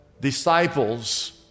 disciples